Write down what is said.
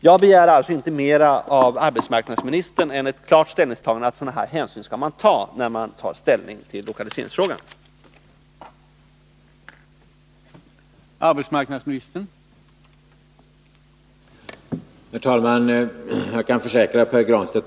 Jag begär nu inte mer av arbetsmarknadsministern än ett klart ställningstagande, att regeringen skall göra sådana här hänsynstaganden, när lokaliseringsfrågan övervägs.